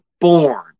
born